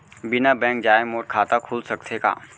बिना बैंक जाए मोर खाता खुल सकथे का?